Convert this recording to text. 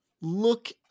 look